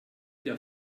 der